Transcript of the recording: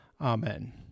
Amen